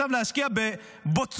עכשיו להשקיע בבוצואנה,